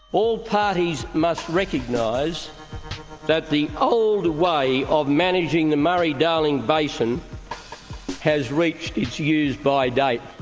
all parties must recognise that the old way of managing the murray-darling basin has reached its use-by date.